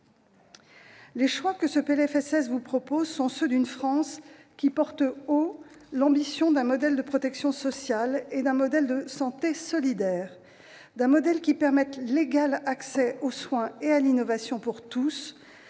Les choix que ce PLFSS vous propose sont ceux d'une France qui porte haut l'ambition d'un modèle de protection sociale et d'un modèle de santé solidaires, d'un modèle qui permette l'égal accès aux soins et à l'innovation pour tous,